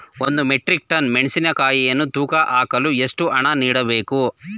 ಒಂದು metric tonne ಮೆಣಸಿನಕಾಯಿಯನ್ನು ತೂಕ ಹಾಕಲು ಎಷ್ಟು ಹಣ ನೀಡಬೇಕು?